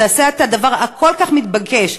תעשה את הדבר הכל-כך מתבקש.